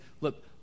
look